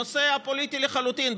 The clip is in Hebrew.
נושא א-פוליטי לחלוטין.